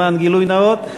למען הגילוי הנאות,